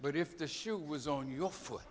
but if the shoe was on your foot